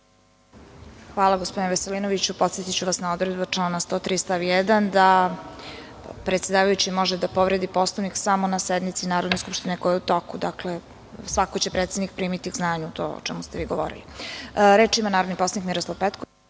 Hvala gospodine Veselinoviću. Podsetiću vas na odredbe člana 103. stav 1. da predsedavajući može da povredi poslovnik samo na sednici Narodne skupštine koja je u toku. Svakako će predsednik primiti k znanju to o čemu ste vi govorili. Reč ima narodni poslanik Miroslav Petković.